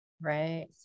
Right